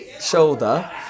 shoulder